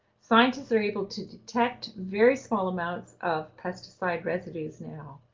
scientists are able to detect very small amounts of pesticide residues now,